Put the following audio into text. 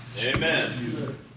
Amen